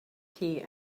key